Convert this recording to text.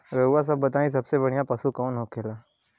रउआ सभ बताई सबसे बढ़ियां पशु कवन होखेला?